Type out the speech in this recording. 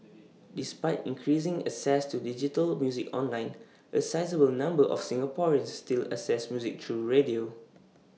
despite increasing access to digital music online A sizeable number of Singaporeans still access music through radio